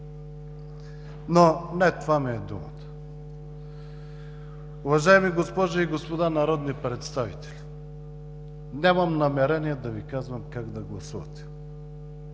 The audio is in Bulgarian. Но не това ми е думата. Уважаеми госпожи и господа народни представители, нямам намерение да Ви казвам как да гласувате.